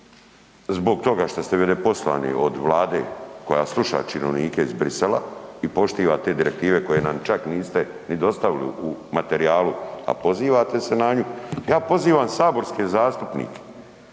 zbog toga što ste poslani od Vlade koja sluša činovnike iz Bruxellesa i poštiva te direktive koje nam čak niste ni dostavili u materijalu, a pozivate se na nju. Ja pozivam saborske zastupnike,